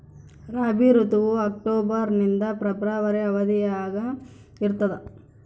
ರಾಬಿ ಋತುವು ಅಕ್ಟೋಬರ್ ನಿಂದ ಫೆಬ್ರವರಿ ಅವಧಿಯಾಗ ಇರ್ತದ